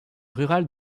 rurale